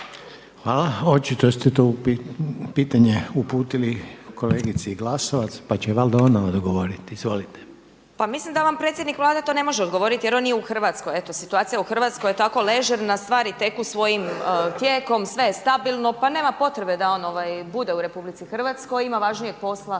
Hvala. Očito ste to pitanje uputili kolegici Glasovac, pa će valjda ona odgovoriti. Izvolite. **Glasovac, Sabina (SDP)** Mislim da vam predsjednik Vlade to ne može odgovoriti jer on nije u Hrvatskoj. Eto situacija u Hrvatskoj je tako ležerna, stvari teku svojim tijekom, sve je stabilno pa nema potrebe da on bude u Republici Hrvatskoj, ima važnijeg posla,